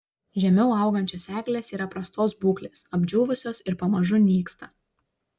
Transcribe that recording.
žemiau augančios eglės yra prastos būklės apdžiūvusios ir pamažu nyksta